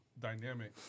dynamic